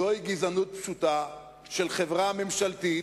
זוהי גזענות פשוטה של חברה ממשלתית,